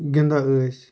گِنٛدان ٲسۍ